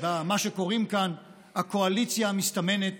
במה שקוראים כאן "הקואליציה המסתמנת"